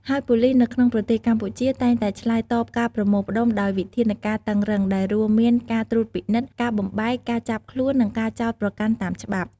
ហើយប៉ូលីសនៅក្នុងប្រទេសកម្ពុជា តែងតែឆ្លើយតបការប្រមូលផ្តុំដោយវិធានការតឹងរឹង ដែលរួមមានការត្រួតពិនិត្យ ការបំបែក ការចាប់ខ្លួន និងការចោទប្រកាន់តាមច្បាប់។